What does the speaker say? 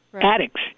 addicts